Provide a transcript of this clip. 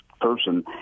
person